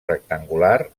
rectangular